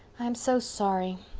i'm so sorry.